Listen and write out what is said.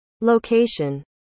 location